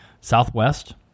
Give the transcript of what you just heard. Southwest